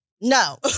No